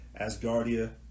Asgardia